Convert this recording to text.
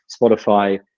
Spotify